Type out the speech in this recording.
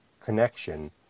connection